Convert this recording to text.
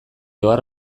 ohar